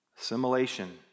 Assimilation